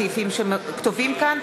הסעיפים שכתובים כאן.